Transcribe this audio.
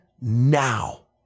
now